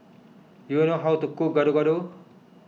do you know how to cook Gado Gado